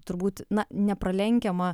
turbūt na nepralenkiamą